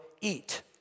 eat